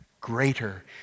greater